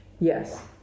yes